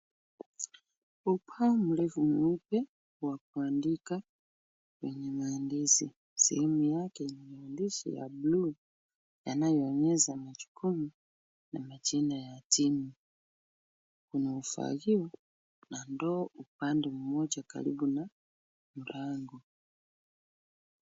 Ubao mrefu mweupe wa kuandika wenye maandishi. Sehemu yake ina maandishi ya blue yanayoonyesha majukumu na majina ya timu. Kuna ufagio na ndoo upande mmoja karibu na mlango.